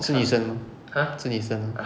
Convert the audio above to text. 是女生 mah 是女生 mah